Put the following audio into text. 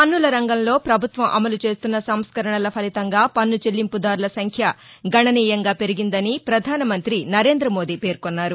పన్నుల రంగంలో ప్రభుత్వం అమలు చేస్తున్న సంస్కరణల ఫలితంగా పన్ను చెల్లింపుదారుల సంఖ్య గణనీయంగా పెరిగిందని ప్రధానమంత్రి నరేంద్రమోదీ పేర్కొన్నారు